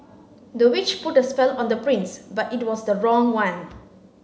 the witch put a spell on the prince but it was the wrong one